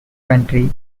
county